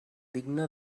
digne